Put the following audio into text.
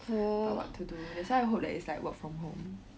but what to do that's why I hope that it's like work from home